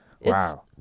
Wow